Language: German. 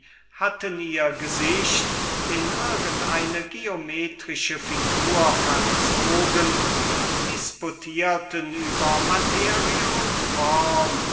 hatten ihr gesicht in irgend eine geometrische figur verzogen und disputierten über die materie und die form